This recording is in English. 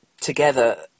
together